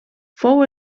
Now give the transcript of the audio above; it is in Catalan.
fou